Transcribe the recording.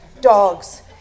dogs